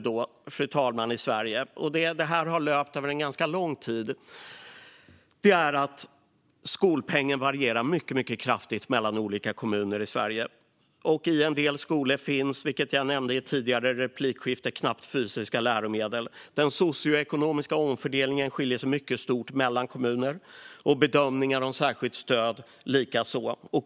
Det vi ser nu i Sverige - och detta har löpt över ganska lång tid - är att skolpengen varierar mycket kraftigt mellan olika kommuner. I en del skolor finns det, som jag nämnde i ett tidigare replikskifte, knappt fysiska läromedel. Den socioekonomiska omfördelningen skiljer sig mycket stort mellan kommuner, och bedömningar om särskilt stöd likaså.